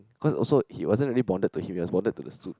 cause also he wasn't really bonded to him he was bonded to the suit